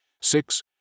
Six